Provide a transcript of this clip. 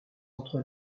entre